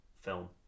film